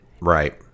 right